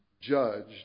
judged